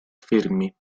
fermi